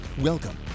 Welcome